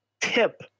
tip